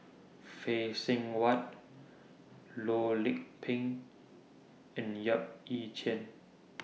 Phay Seng Whatt Loh Lik Peng and Yap Ee Chian